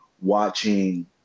watching